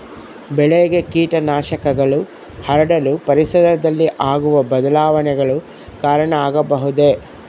ಬೆಳೆಗೆ ಕೇಟನಾಶಕಗಳು ಹರಡಲು ಪರಿಸರದಲ್ಲಿ ಆಗುವ ಬದಲಾವಣೆಗಳು ಕಾರಣ ಆಗಬಹುದೇ?